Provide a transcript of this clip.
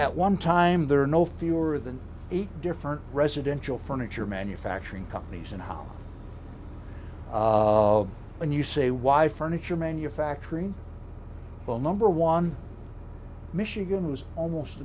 at one time there are no fewer than eight different residential furniture manufacturing companies and when you say why furniture manufacturing well number one michigan was almost